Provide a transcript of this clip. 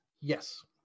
Yes